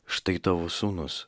štai tavo sūnus